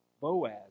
Boaz